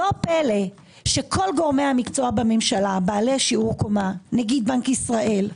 לא פלא שכל גורמי המקצוע בממשלה בעלי שיעור קומה נגיד בנק ישראל,